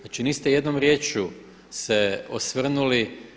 Znači niste jednom riječju se osvrnuli.